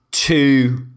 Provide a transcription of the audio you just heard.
two